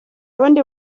bundi